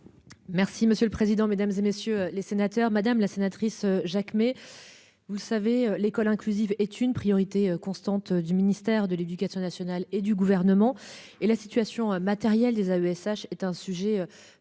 Merci monsieur le président, Mesdames, et messieurs les sénateurs, madame la sénatrice Jacques mais. Vous le savez, l'école inclusive est une priorité constante du ministère de l'éducation nationale et du gouvernement et la situation matérielle des AESH est un sujet majeur